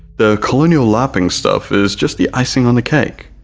the colonial larping stuff is just the icing on the cake.